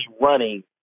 running